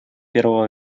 первого